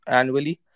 annually